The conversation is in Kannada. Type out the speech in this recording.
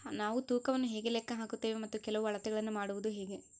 ನಾವು ತೂಕವನ್ನು ಹೇಗೆ ಲೆಕ್ಕ ಹಾಕುತ್ತೇವೆ ಮತ್ತು ಕೆಲವು ಅಳತೆಗಳನ್ನು ಮಾಡುವುದು ಹೇಗೆ?